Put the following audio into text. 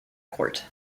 court